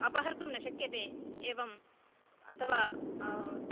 अपहर्तुं न शक्यते एवम् अथवा